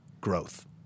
growth